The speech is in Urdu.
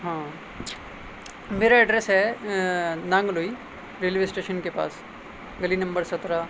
ہاں میرا ایڈریس ہے نانگ لوئی ریلوے اسٹیشن کے پاس گلی نمبر سترہ